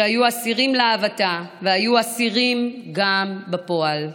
שהיו אסירים לאהבתה והיו אסירים גם בפועל.